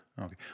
Okay